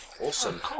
Awesome